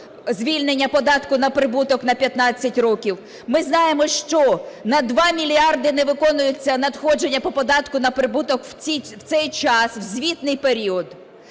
звільнення податку на прибуток на 15 років. Ми знаємо, що на 2 мільярди не виконуються надходження по податку на прибуток в цей час, у звітний період.